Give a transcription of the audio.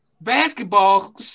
basketball